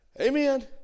Amen